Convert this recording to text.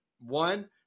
One